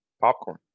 Popcorn